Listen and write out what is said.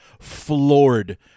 floored